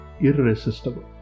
irresistible